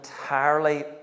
entirely